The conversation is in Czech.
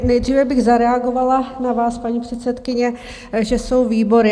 Nejdříve bych zareagovala na vás, paní předsedkyně, že jsou výbory.